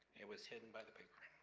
it was hidden by the paper.